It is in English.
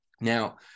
Now